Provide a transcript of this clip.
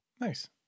Nice